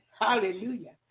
Hallelujah